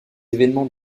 événements